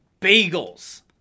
Bagels